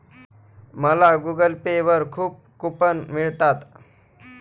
मला Google Pay वर खूप कूपन मिळतात